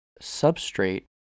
substrate